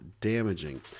damaging